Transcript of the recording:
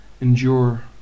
endure